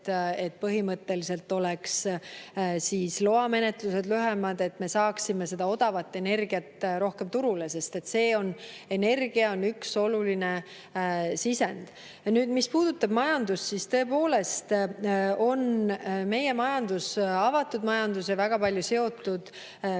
et põhimõtteliselt oleks loamenetlused lühemad – et me saaksime odavat energiat rohkem turule, sest energia on üks oluline sisend. Mis puudutab majandust, siis tõepoolest on meie majandus avatud majandus ja väga palju seotud Põhjamaade